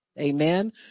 Amen